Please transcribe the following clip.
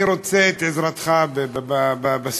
אני רוצה את עזרתך בסוגיה,